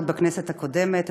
עוד בכנסת הקודמת,